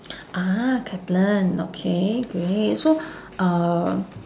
ah kaplan okay great so uh